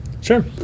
Sure